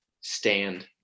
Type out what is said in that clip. stand